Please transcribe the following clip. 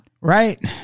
Right